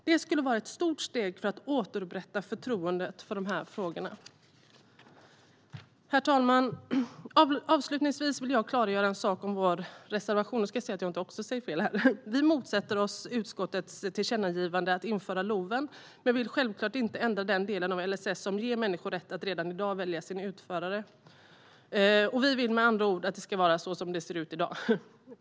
Det skulle vara ett stort steg för att återupprätta förtroendet i dessa frågor. Herr talman! Avslutningsvis vill jag klargöra en sak som gäller vår reservation. Vi motsätter oss utskottets tillkännagivande om att införa LOV men vill självklart inte ändra den del av LSS som redan i dag ger människor rätt att välja sin utförare. Vi vill med andra ord att det ska vara så som det ser ut i dag.